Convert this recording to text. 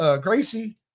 Gracie